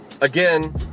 again